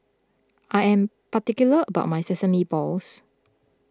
I am particular about my Sesame Balls